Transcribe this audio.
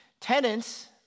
Tenants